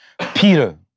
Peter